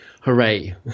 hooray